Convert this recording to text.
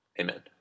Amen